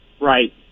Right